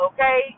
Okay